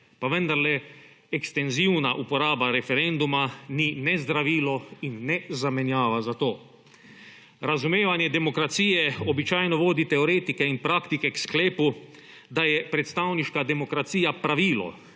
pa vendarle ekstenzivna uporaba referenduma ni ne zdravilo in ne zamenjava za to. Razumevanje demokracije običajno vodite teoretike in praktike k sklepu, da je predstavniška demokracija pravilo